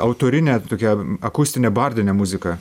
autorinę tokią akustinę bardinę muziką